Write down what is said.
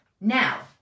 Now